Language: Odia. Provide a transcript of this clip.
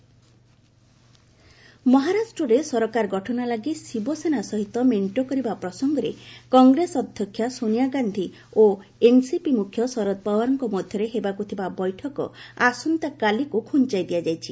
ମହା ପଲିଟିକୁ ମହାରାଷ୍ଟ୍ରରେ ସରକାର ଗଠନ ଲାଗି ଶିବସେନା ସହିତ ମେଣ୍ଟ କରିବା ପ୍ରସଙ୍ଗରେ କଂଗ୍ରେସ ଅଧ୍ୟକ୍ଷା ସୋନିଆ ଗାନ୍ଧୀ ଓ ଏନ୍ସିପି ମ୍ରଖ୍ୟ ଶରଦ ପାଓ୍ୱାରଙ୍କ ମଧ୍ୟରେ ହେବାକୁ ଥିବା ବୈଠକ ଆସନ୍ତାକାଲିକୁ ଘୁଞ୍ଚାଇ ଦିଆଯାଇଛି